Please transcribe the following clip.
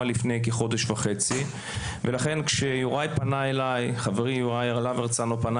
לפני כחודש וחצי ולכן כשחברי יוראי להב הרצנו פנה